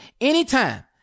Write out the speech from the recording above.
anytime